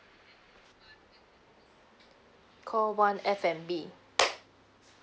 call one F and B